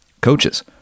Coaches